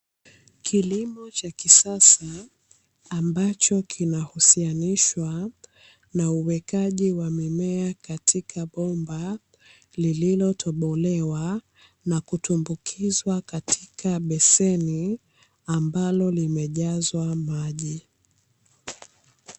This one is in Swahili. Kilimo cha kisasa, ambacho kinahusianishwa na uwekaji wa mimea katika bomba lililotobolewa na kutumbukizwa katika beseni ambalo limejazwa maji.